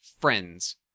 friends